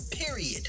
Period